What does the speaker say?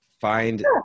find